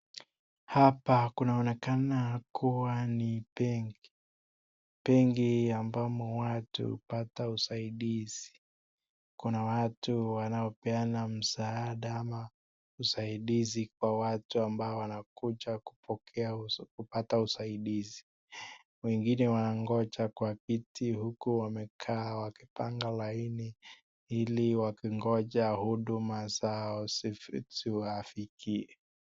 Hapa kunaonekana kuwa ni benki. Benki ambapo watu upata usaidizi. Kuna watu wanaopeana msaada, ama usaidizi kwa watu ambao wanakuja kupata usaidizi, wengine wananjoja kwa viti huku wamekaa wamepanga laini ili wakingoja huduma zao ziwafikie.